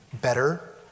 better